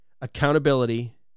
Accountability